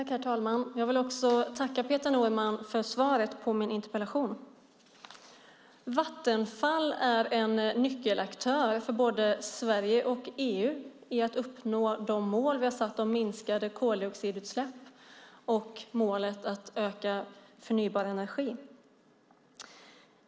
Herr talman! Jag vill tacka Peter Norman för svaret på min interpellation. Vattenfall är en nyckelaktör för både Sverige och EU i att uppnå de mål vi har satt om minskade koldioxidutsläpp och målet att öka förnybar energi.